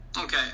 Okay